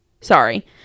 sorry